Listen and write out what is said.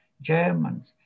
Germans